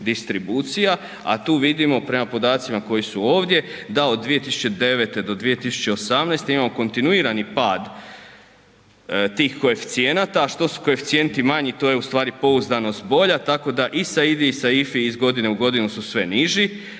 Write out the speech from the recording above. a tu vidimo prema podacima koji su ovdje da od 2009. do 2018. imamo kontinuirani pad tih koeficijenata, što su koeficijenti manji, to je u stvari pouzdanost bolja, tako da i SAIDI i SAIFI iz godine u godinu su sve niži,